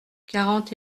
quarante